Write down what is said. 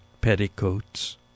petticoats